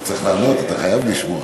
אתה צריך לעמוד, אתה חייב לשמוע.